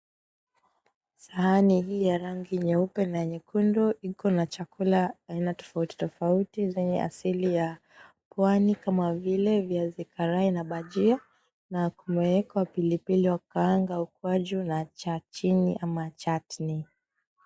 Sahani hii ya rangi nyeupe na nyekundu iko na chakula aina tofauti tofauti zenye asili ya Pwani kama vile viazi karai na bajia, na kumeekwa pilipili uliyokaangwa ukwaju na chachini ama chatni.